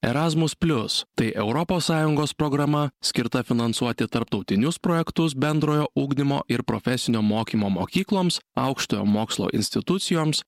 erasmus plius tai europos sąjungos programa skirta finansuoti tarptautinius projektus bendrojo ugdymo ir profesinio mokymo mokykloms aukštojo mokslo institucijoms